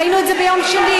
ראינו את זה ביום שני.